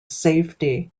safety